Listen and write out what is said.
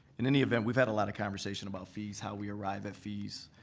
in any event, we've had a lot of conversation about fees, how we arrive at fees